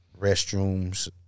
restrooms